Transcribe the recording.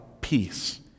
peace